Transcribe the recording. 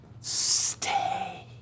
Stay